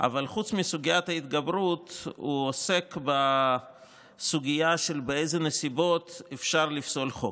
אבל חוץ מסוגיית ההתגברות הוא עוסק בסוגיה באילו נסיבות אפשר לפסול חוק.